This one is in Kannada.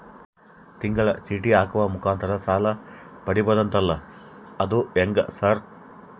ತಿಂಗಳ ಚೇಟಿ ಹಾಕುವ ಮುಖಾಂತರ ಸಾಲ ಪಡಿಬಹುದಂತಲ ಅದು ಹೆಂಗ ಸರ್?